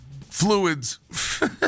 fluids